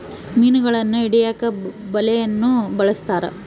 ಮೀನುಗಳನ್ನು ಹಿಡಿಯಕ ಬಲೆಯನ್ನು ಬಲಸ್ಥರ